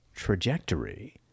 Trajectory